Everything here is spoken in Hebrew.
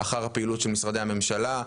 אחר הפעילות במשרדי הממשלה.